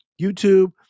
youtube